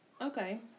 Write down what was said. Okay